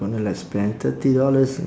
gonna like spend thirty dollars